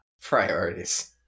Priorities